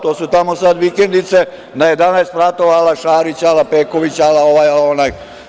To su tamo sad vikendice na 11 spratova ala Šarić, ala Peković, ala ovaj, ala onaj.